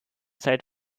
zeit